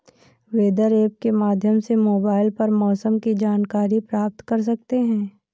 weather app के माध्यम से मोबाइल पर मौसम की जानकारी प्राप्त कर सकते हैं